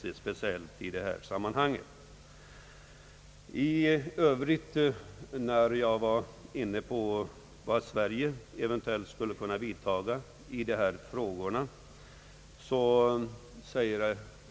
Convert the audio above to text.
Jag tog också upp vilka åtgärder Sverige eventuellt skulle kunna vidtaga när det gäller dessa frågor.